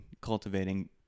cultivating